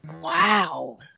wow